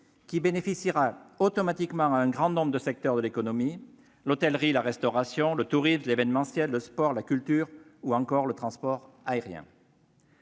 qui bénéficiera automatiquement à un grand nombre de secteurs de l'économie : l'hôtellerie, la restauration, le tourisme, l'événementiel, le sport, la culture, ou encore le transport aérien.